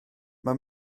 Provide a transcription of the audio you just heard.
mae